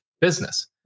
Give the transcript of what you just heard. business